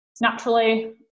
Naturally